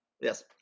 Yes